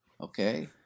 Okay